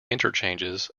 interchanges